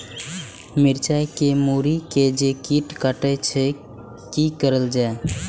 मिरचाय के मुरी के जे कीट कटे छे की करल जाय?